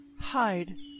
Hide